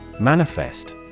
Manifest